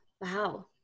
Wow